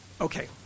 Okay